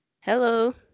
Hello